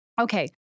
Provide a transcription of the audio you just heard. Okay